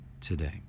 today